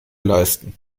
leisten